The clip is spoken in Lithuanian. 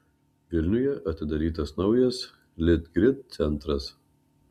vilniuje atidarytas naujas litgrid centras